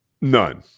none